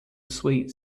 sweet